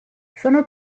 sono